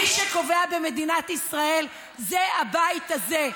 מי שקובע במדינת ישראל זה הבית הזה.